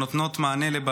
תודה רבה.